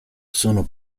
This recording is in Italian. sono